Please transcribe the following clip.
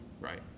right